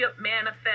manifest